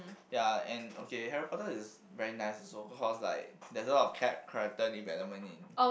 ya and okay Harry-Potter is very nice also cause like there's a lot of cha~ character development in